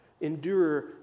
endure